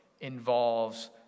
involves